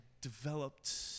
developed